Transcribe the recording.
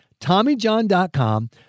TommyJohn.com